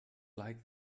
like